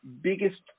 biggest